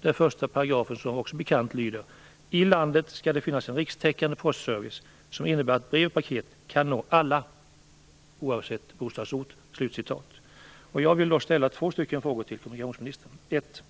där den första paragrafen som bekant lyder: "I landet skall det finnas en rikstäckande postservice som innebär att brev och paket kan nå alla oavsett adressort." Jag vill ställa två frågor till kommunikationsministern.